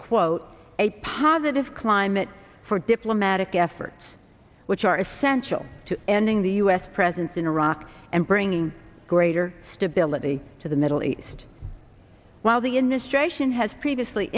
quote a positive climate for diplomatic efforts which are essential to ending the u s presence in iraq and bringing greater stability to the middle east while the in this tray sion has previously